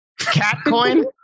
Catcoin